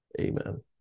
Amen